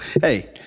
Hey